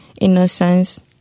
innocence